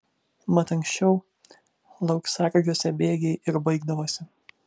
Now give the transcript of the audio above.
mat anksčiau lauksargiuose bėgiai ir baigdavosi